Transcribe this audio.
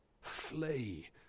Flee